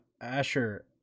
Asher